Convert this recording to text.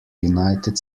united